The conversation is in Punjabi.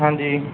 ਹਾਂਜੀ